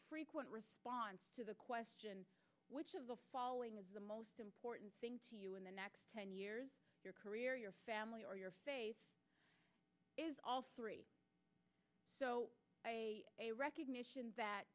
frequent response to the question which of the following is the most important thing to you in the next ten years of your career your family or your face is all three a recognition that